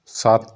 ਸੱਤ